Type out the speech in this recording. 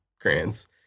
grants